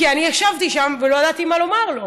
כי אני ישבתי שם ולא ידעתי מה לומר לו,